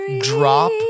Drop